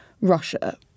Russia